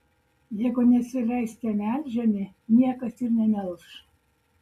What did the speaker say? jeigu nesileisite melžiami niekas ir nemelš